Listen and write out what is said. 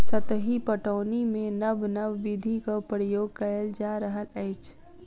सतही पटौनीमे नब नब विधिक प्रयोग कएल जा रहल अछि